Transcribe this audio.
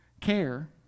care